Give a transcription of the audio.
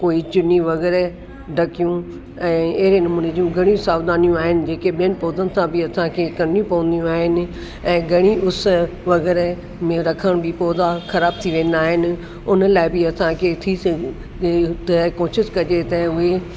कोई चुन्नी वगैरह ढकियूं ऐं अहिड़े नमूने जी घणियूं साव्धानियूं आहिनि जेके ॿियनि पोधनि सां बि असांखे करिणी पवंदी आहिनि ऐं घणी उस वग़ैरह में रखण बि पौधा ख़राब थी वेंदा आहिनि उन लाइ बि असां खे थी सघे थो त कोशिशि कजे त उहे